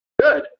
Good